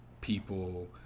people